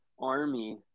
army